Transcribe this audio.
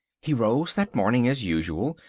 he rose that morning as usual,